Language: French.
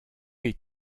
les